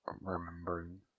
remembering